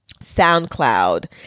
SoundCloud